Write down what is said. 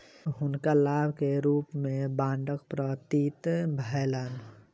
हुनका लाभ के रूप में बांडक प्राप्ति भेलैन